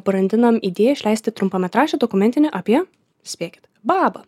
brandinam idėją išleisti trumpametražį dokumentinį apie spėkit babą